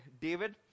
David